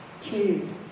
tubes